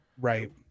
Right